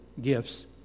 gifts